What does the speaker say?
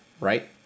right